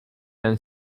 and